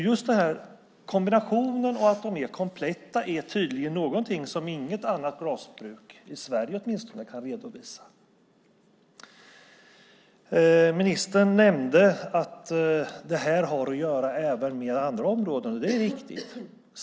Just kombinationen av att de är kompletta är tydligen något som inget annat glasbruk i Sverige kan redovisa. Ministern nämnde att det här även har att göra med andra områden. Det är riktigt.